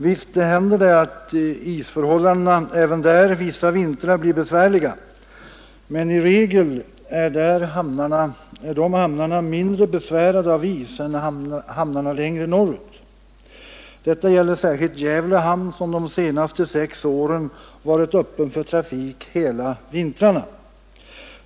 Visst händer det att isförhållandena även där vissa vintrar blir besvärliga, men i regel är de hamnarna mindre besvärade av is än hamnarna längre norr ut. Detta gäller särskilt Gävle hamn, som de senaste sex åren varit öppen för trafik hela vintrarna.